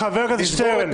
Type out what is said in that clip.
חבר הכנסת שטרן.